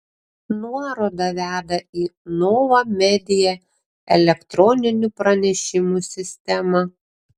nuoroda veda į nova media elektroninių pranešimų sistemą